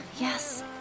Yes